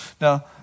Now